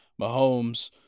Mahomes